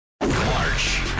March